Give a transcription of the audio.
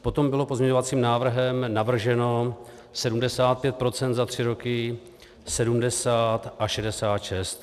Potom bylo pozměňovacím návrhem navrženo 75 % za tři roky, 70 a 66.